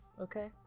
Okay